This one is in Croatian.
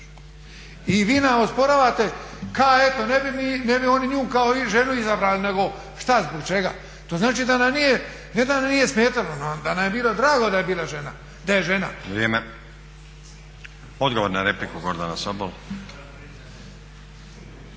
I vi ne osporavate, kao eto ne bi oni nju kao ženu izabrali nego šta, zbog čega. To znači da nam nije, ne da nam nije smetalo, nego nam je bilo drago da je bila žena,